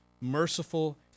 merciful